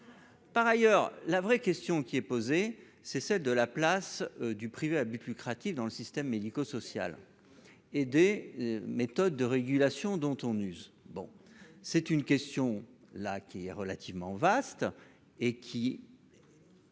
Par ailleurs, la vraie question qui est posée est celle de la place du privé à but lucratif dans le système médico-social et des méthodes de régulation dont on use. Cette question relativement vaste appelle